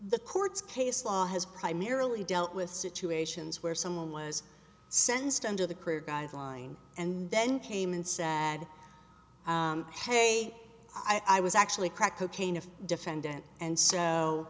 the courts case law has primarily dealt with situations where someone was sentenced under the career guideline and then came and sad hey i was actually crack cocaine a defendant and so